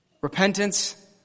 Repentance